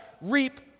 reap